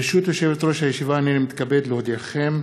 ברשות יושבת-ראש הישיבה, הנני מתכבד להודיעכם,